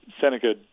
Seneca